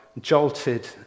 jolted